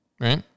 Right